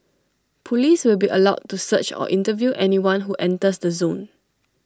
Police will be allowed to search or interview anyone who enters the zone